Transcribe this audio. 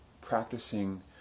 practicing